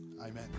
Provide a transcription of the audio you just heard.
amen